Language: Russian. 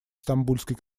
стамбульской